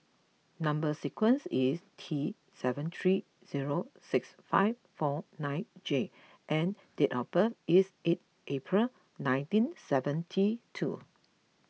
Number Sequence is T seven three zero six five four nine J and date of birth is eight April nineteen seventy two